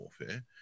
warfare